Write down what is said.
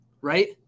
right